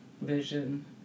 vision